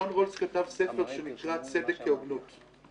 ג'ון רולס כתב ספר שנקרא "צדק כהוגנות".